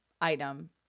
item